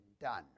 done